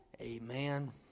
amen